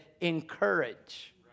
encourage